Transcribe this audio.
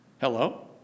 Hello